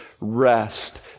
rest